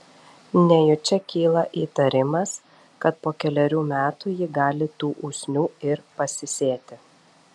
nejučia kyla įtarimas kad po kelerių metų ji gali tų usnių ir pasisėti